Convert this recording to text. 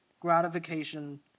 gratification